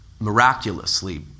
miraculously